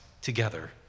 together